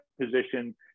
position